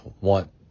want